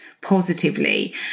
positively